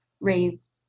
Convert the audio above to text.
raised